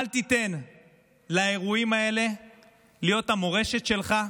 אל תיתן לאירועים האלה להיות המורשת שלך.